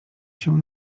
się